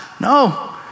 No